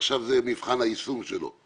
ועכשיו זה מבחן היישום שלו.